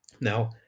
now